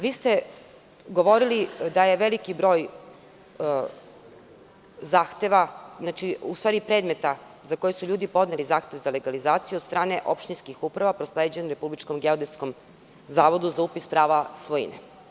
Vi ste govorili da je veliki broj zahteva, u stvari predmeta za koje su ljudi podneli zahtev za legalizaciju od strane opštinskih uprava prosleđen Republičkom geodetskom zavodu za upis prava svojine.